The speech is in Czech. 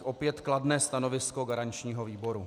Opět kladné stanovisko garančního výboru.